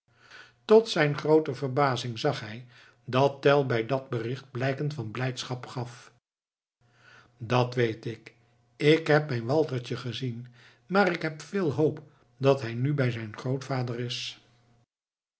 tot zijne groote verbazing zag hij dat tell bij dat bericht blijken van blijdschap gaf dat weet ik ik heb mijn waltertje gezien maar ik heb veel hoop dat hij nu bij zijn grootvader is